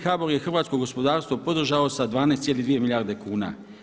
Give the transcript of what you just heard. HBOR je hrvatskog gospodarstvo podržao sa 12,2, milijarde kuna.